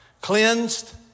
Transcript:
cleansed